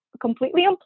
completely